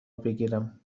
بگیرم